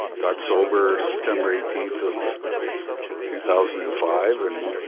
got sober september eighteenth of two thousand and five and,